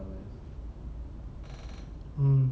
mm